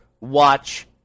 watch